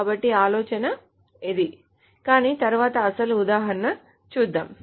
కాబట్టి ఆలోచన ఇది కాని తరువాత అసలు ఉదాహరణ చూద్దాం